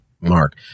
mark